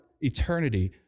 eternity